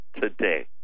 today